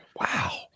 Wow